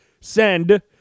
send